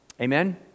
Amen